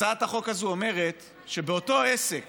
הצעת החוק הזאת אומרת שבאותו עסק